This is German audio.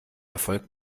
erfolg